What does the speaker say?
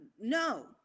no